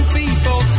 people